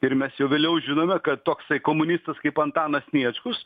ir mes jau vėliau žinome kad toksai komunistas kaip antanas sniečkus